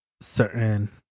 certain